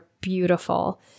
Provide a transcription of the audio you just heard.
beautiful